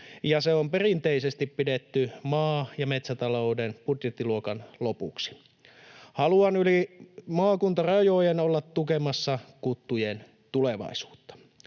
ja se on perinteisesti pidetty maa- ja metsätalouden budjettiluokan lopuksi. Haluan yli maakuntarajojen olla tukemassa kuttujen tulevaisuutta.